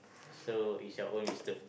so is your own wisdom